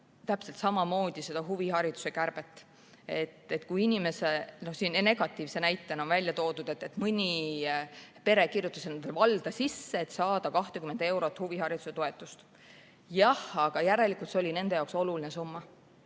täpselt samamoodi seda huvihariduse kärbet. Negatiivse näitena on välja toodud, et mõni pere kirjutas end valda sisse, et saada 20 eurot huvihariduse toetust. Jah, aga järelikult see oli nende jaoks oluline summa.